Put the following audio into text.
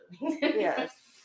yes